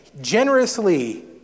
Generously